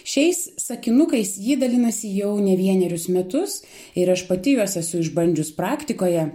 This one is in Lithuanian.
šiais sakinukais ji dalinasi jau ne vienerius metus ir aš pati juos esu išbandžius praktikoje